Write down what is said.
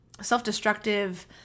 self-destructive